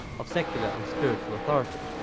of secular and spiritual authority.